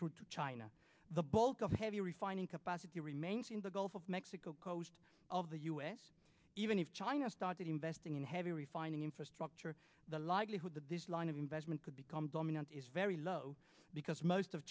crude to china the bulk of heavy refining capacity remains in the gulf of mexico coast of the u s even if china started investing in heavy refining infrastructure the likelihood that this line of investment could become dominant is very low because most of